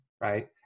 right